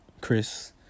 Chris